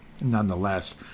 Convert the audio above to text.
nonetheless